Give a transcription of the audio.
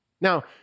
Now